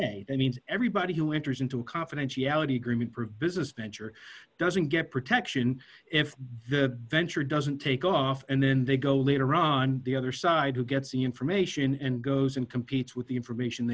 say i mean everybody who enters into a confidentiality agreement for business venture doesn't get protection if the venture doesn't take off and then they go later on the other side who gets the information and goes and competes with the information